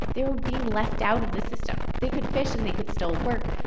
they were being left out of the system. they could fish and they could still work,